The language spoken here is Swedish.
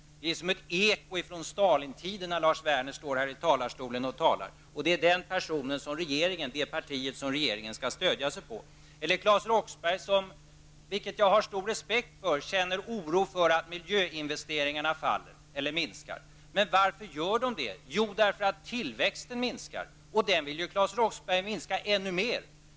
Det är som ett eko från Stalintiden, när Lars Werner står här och talar. Och det är det partiet som regeringen skall stödja sig på! Eller Claes Roxbergh som -- vilket jag har stor respekt för -- känner stor oro för att miljöinvesteringarna minskar. Men varför gör de det? Jo, därför att tillväxten minskar, och den vill ju Claes Roxbergh minska ännu mer.